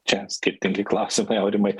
čia skirtingi klausimai aurimai